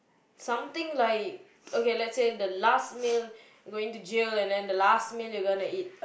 something like let's say the last the meal going to jail and then the last meal you're going to eat